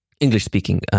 English-speaking